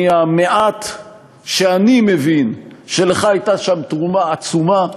מהמעט שאני מבין, שלך הייתה שם תרומה עצומה.